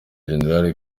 gen